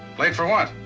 late for what?